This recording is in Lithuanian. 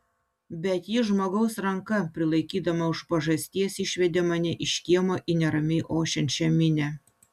bet ji žmogaus ranka prilaikydama už pažasties išvedė mane iš kiemo į neramiai ošiančią minią